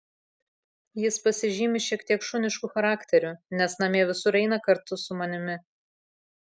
jis pasižymi šiek tiek šunišku charakteriu nes namie visur eina kartu su manimi